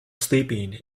sleeping